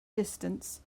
distance